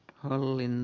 hallin